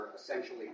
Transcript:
essentially